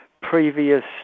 previous